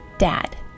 dad